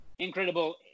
Incredible